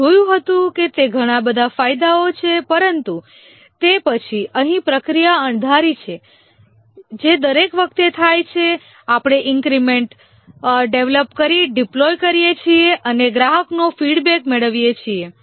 તમે જોયું હતું કે તે ઘણા બધા ફાયદાઓ છે પરંતુ તે પછી અહીં પ્રક્રિયા અણધારી છે જે દરેક વખતે થાય છે આપણે ઈન્ક્રિમેન્ટ ડેવલપ કરી ડિપ્લોયકરીએ છીએ અને ગ્રાહકનો ફીડબેક મેળવીએ છીએ